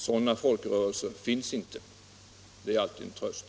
Sådana folkrörelser finns inte. Det är alltid en tröst.